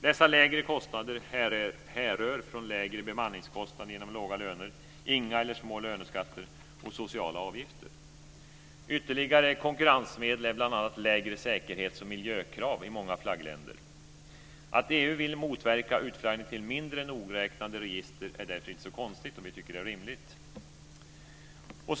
Dessa lägre kostnader härrör från lägre bemanningskostnader genom låga löner, inga eller små löneskatter och sociala avgifter. Ytterligare konkurrensmedel är bl.a. lägre säkerhets och miljökrav i många flaggländer. Att EU vill motverka utflaggning till mindre nogräknade register är därför inte så konstigt, och vi tycker att det är rimligt.